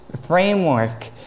framework